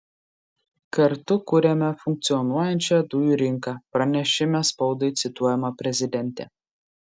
kartu kuriame funkcionuojančią dujų rinką pranešime spaudai cituojama prezidentė